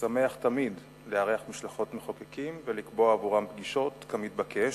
שמח תמיד לארח משלחות מחוקקים ולקבוע עבורן פגישות כמתבקש.